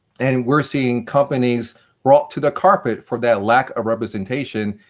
and we are seeing companies brought to the carpet for that lack of representation,